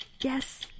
Yes